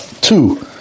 Two